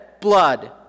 blood